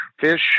fish